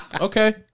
Okay